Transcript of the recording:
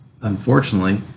unfortunately